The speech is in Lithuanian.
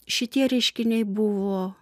šitie reiškiniai buvo